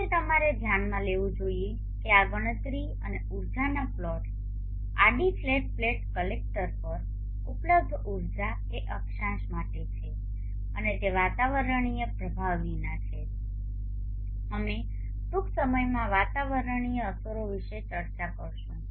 જો કે તમારે ધ્યાનમાં લેવું જોઈએ કે આ ગણતરી અને ઉર્જાના પ્લોટ આડી ફ્લેટ પ્લેટ કલેક્ટર પર ઉપલબ્ધ ઉર્જા એ અક્ષાંશ માટે છે અને તે વાતાવરણીય પ્રભાવ વિના છે અમે ટૂંક સમયમાં વાતાવરણીય અસરો વિશે પણ ચર્ચા કરીશું